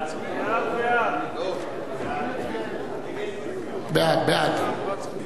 הודעת הממשלה על